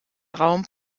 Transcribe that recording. raum